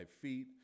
feet